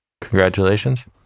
Congratulations